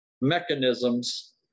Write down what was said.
mechanisms